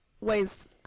ways